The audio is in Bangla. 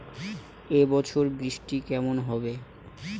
এবছর বৃষ্টি কেমন হবে?